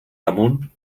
damunt